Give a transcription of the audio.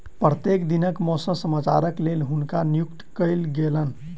प्रत्येक दिनक मौसम समाचारक लेल हुनका नियुक्त कयल गेलैन